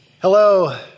Hello